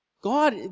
God